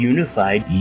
Unified